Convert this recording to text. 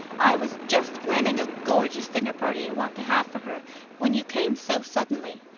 i was just planning a gorgeous dinner-party i want to have for her when you came so suddenly.